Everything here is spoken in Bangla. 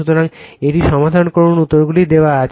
সুতরাং এটি সমাধান করুন উত্তরগুলিও দেওয়া আছে